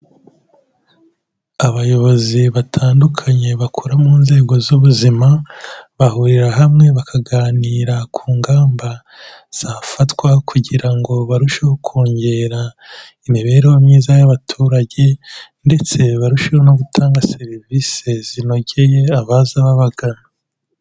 Abayobozi batandukanye bakora mu nzego z'ubuzima, bahurira hamwe bakaganira ku ngamba zafatwa kugira ngo barusheho kongera imibereho myiza y'abaturage ndetse barusheho no gutanga serivisi zinogeye abaza babagana.